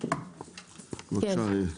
בבקשה.